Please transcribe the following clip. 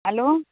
hello